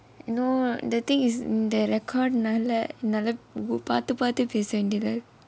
no the thing is the record னாலை என்னாலே பார்த்து பார்த்து பேச வேண்டியதா:naalai ennaalai paarthu paarthu pesa vendiyathaa